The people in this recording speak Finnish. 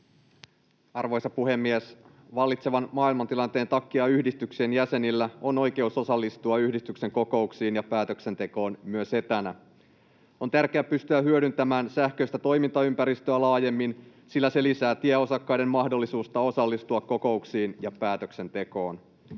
Arvoisa puhemies! Vallitsevan maailmantilanteen takia yhdistyksen jäsenillä on oikeus osallistua yhdistyksen kokouksiin ja päätöksentekoon myös etänä. On tärkeää pystyä hyödyntämään sähköistä toimintaympäristöä laajemmin, sillä se lisää tieosakkaiden mahdollisuutta osallistua kokouksiin ja päätöksentekoon.